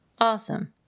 Awesome